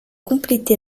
complété